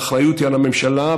האחריות היא על הממשלה,